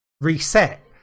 reset